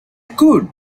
could